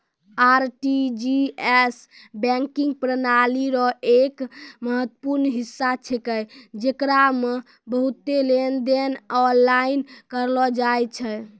RTGS banking प्रणाली रो एक महत्वपूर्ण हिस्सा छेकै जेकरा मे बहुते लेनदेन आनलाइन करलो जाय छै